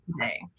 today